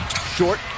Short